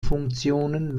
funktionen